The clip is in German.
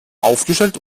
aufgestellt